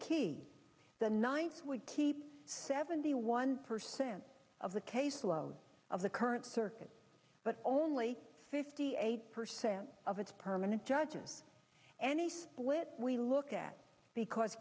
key the ninth would keep seventy one percent of the caseload of the current circuit but only fifty eight percent of its permanent judges any split we look at because